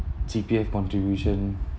C_P_F contribution